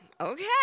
okay